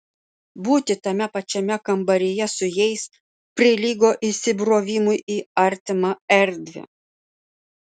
būti tame pačiame kambaryje su jais prilygo įsibrovimui į artimą erdvę